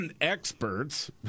experts